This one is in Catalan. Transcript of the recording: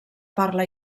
parla